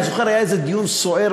אני זוכר, היה איזה דיון סוער